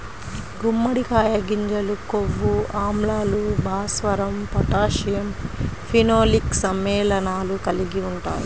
గుమ్మడికాయ గింజలు కొవ్వు ఆమ్లాలు, భాస్వరం, పొటాషియం, ఫినోలిక్ సమ్మేళనాలు కలిగి ఉంటాయి